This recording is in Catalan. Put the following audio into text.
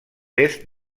est